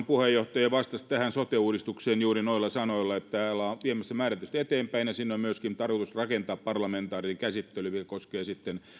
puheenjohtaja vastasi tähän sote uudistukseen juuri noilla sanoilla että tätä ollaan viemässä määrätietoisesti eteenpäin ja sinne on myöskin tarkoitus rakentaa parlamentaarinen käsittely joka koskee sitten